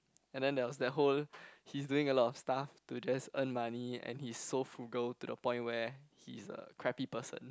and then there was that whole he's doing a lot of stuff to just earn money and he's so frugal to the point where he's a crappy person